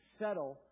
settle